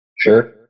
Sure